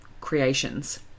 creations